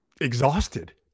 exhausted